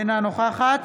אינה נוכחת